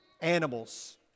animals